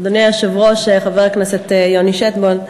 אדוני היושב-ראש, חבר הכנסת יוני שטבון,